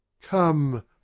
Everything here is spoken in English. Come